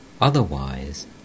Otherwise